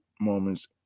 moments